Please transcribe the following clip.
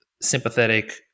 sympathetic